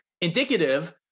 indicative